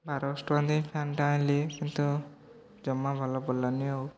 ବାରଶହ ଟଙ୍କା ଦେଇ ଫ୍ୟାନ୍ଟା ଆଣିଲି କିନ୍ତୁ ଜମା ଭଲ ପଡ଼ିଲାନି ଆଉ